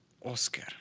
Oscar